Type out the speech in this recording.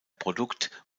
produkt